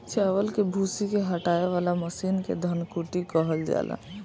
चावल के भूसी के हटावे वाला मशीन के धन कुटी कहल जाला